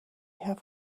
have